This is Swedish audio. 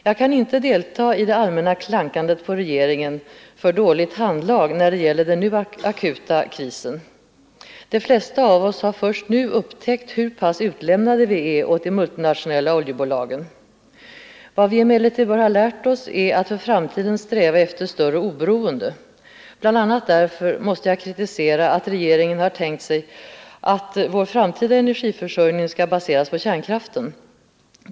Jag kan inte delta i det allmänna klankandet på regeringen för dåligt handlag när det gäller den nu akuta krisen. De flesta av oss har först nu upptäckt hur utlämnade vi är åt de multinationella oljebolagen. Vad vi emellertid bör ha lärt oss är att för framtiden sträva efter större oberoende. BI. a. därför måste jag kritisera att regeringen har tänkt sig att vår framtida energiförsörjning skall baseras på kärnkraften.